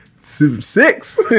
six